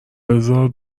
بزار